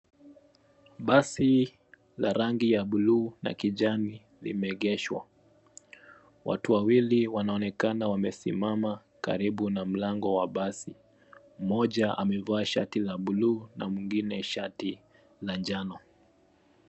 Basi la rangi ya bluu na kijani limegeshwa. Watu wawili wanaonekana wamesimama karibu na mlango wa basi. Moja amevaa shati la bluu na mwingine shati na njano.